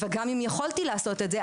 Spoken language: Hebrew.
וגם אם יכולתי לעשות את זה,